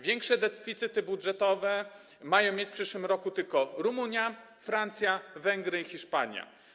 Większe deficyty budżetowe mają mieć w przyszłym roku tylko Rumunia, Francja, Węgry i Hiszpania.